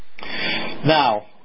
Now